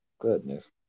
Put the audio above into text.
Goodness